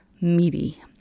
meaty